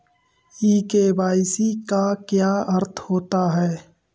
ई KYC का क्या अर्थ होता है?